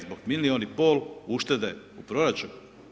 Zbog milijun i pol uštede u proračunu?